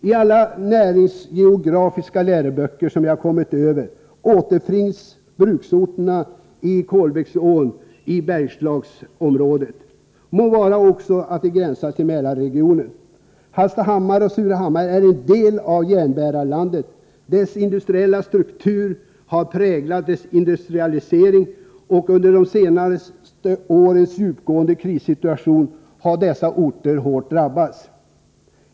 I alla näringsgeografiska läroböcker som jag kommit över återfinns bruksorterna utefter Kolbäcksån i Bergslagsområdet — må vara att området också gränsar till Mälarregionen. Hallstahammar och Surahammar är en del av järnbärarlandet. Dess industriella struktur har präglat dess industrialisering, och den under senare år djupgående krissituationen har hårt drabbat orterna.